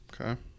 Okay